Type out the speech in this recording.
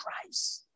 Christ